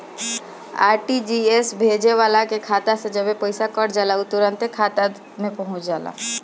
RTGS भेजे वाला के खाता से जबे पईसा कट जाला उ तुरंते दुसरा का खाता में पहुंच जाला